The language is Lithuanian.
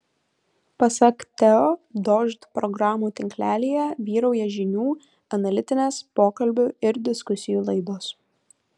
pasak teo dožd programų tinklelyje vyrauja žinių analitinės pokalbių ir diskusijų laidos